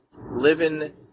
living